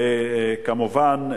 כמובן,